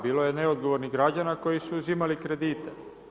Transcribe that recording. Bilo je neodgovornih građana koji su uzimali kredite.